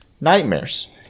nightmares